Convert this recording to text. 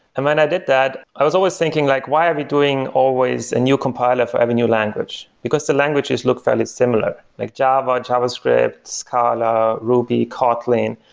um i and i did that. i was always thinking like why are we doing always a and new compiler for every new language? because the languages look fairly similar, like java, javascript, scala, ruby, kotlin.